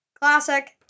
Classic